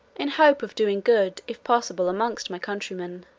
in hope of doing good if possible amongst my countrymen